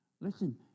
Listen